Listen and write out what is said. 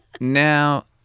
now